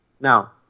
Now